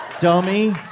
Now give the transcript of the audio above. dummy